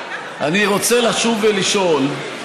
עכשיו, אני רוצה לשוב ולשאול: